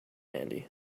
handy